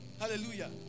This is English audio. Hallelujah